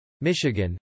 Michigan